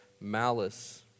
malice